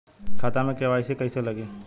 खाता में के.वाइ.सी कइसे लगी?